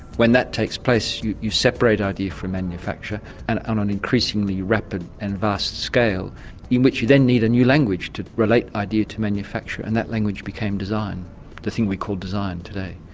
when that takes place you you separate idea from manufacture and on an increasingly rapid and fast scale in which you then need a new language to relate idea to manufacture, and that language became the thing we call design today.